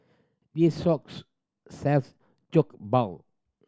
this shops sells Jokbal